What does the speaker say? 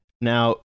Now